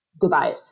goodbye